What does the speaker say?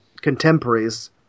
contemporaries